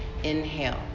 inhale